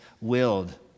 willed